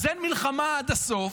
אז אין מלחמה עד הסוף,